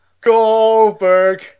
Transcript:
Goldberg